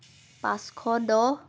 পাঁচশ দহ